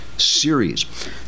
series